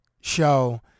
show